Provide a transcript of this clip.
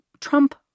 Trump